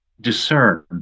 discern